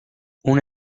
una